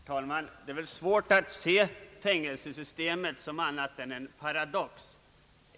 Herr talman! Det är svårt att se fängelsesystemet annat än som en paradox.